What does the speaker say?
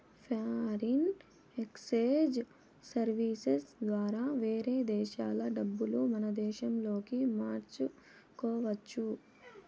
foreign exchange services ద్వారా వేరే దేశాల డబ్బులు మన దేశంలోకి మార్చుకోవచ్చు